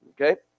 okay